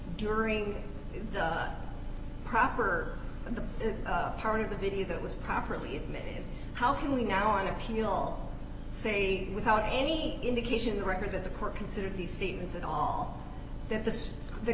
during the proper and the part of the video that was properly admitted how can we now on appeal say without any indication the record that the court considered these things and all that this the